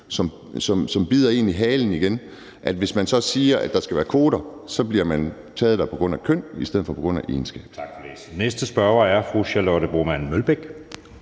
som bider en i halen igen, for hvis man så siger, der skal være kvoter, bliver folk valgt på grund af køn i stedet for på grund af egenskaber.